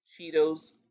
Cheetos